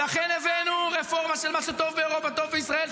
ולכן הבאנו רפורמה של מה שטוב באירופה טוב בישראל,